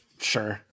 sure